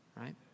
right